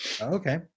Okay